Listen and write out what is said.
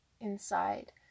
inside